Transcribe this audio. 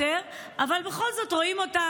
אבל בכל זאת רואים אותה